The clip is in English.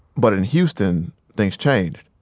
but in houston, things changed.